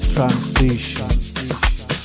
Transition